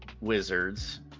Wizards